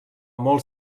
molt